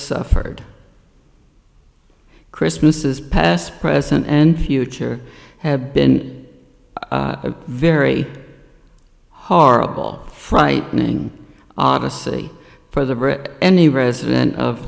suffered christmases past present and future have been a very horrible frightening odyssey for the brit any resident of